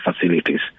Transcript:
facilities